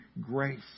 grace